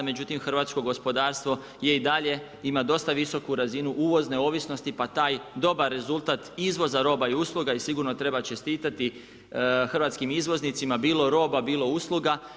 Međutim, hrvatsko gospodarstvo je i dalje, ima dosta visoku razinu uvozne ovisnosti pa taj dobar rezultat izvoza roba i usluga i sigurno treba čestitati hrvatskim izvoznicima, bilo roba, bilo usluga.